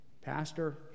pastor